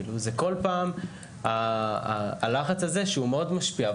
כל פעם זה הלחץ הזה והוא מאוד משפיע.